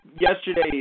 yesterday